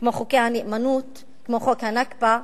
כמו חוקי הנאמנות, כמו חוק ה"נכבה",